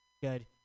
Good